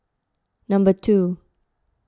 number two